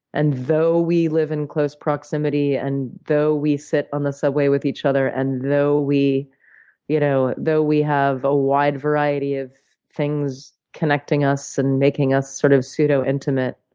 and though we live in close proximity, and though we sit on the subway with each other, and though we you know though we have a wide variety of things connecting us and making us sort of pseudo-intimate,